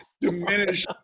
diminish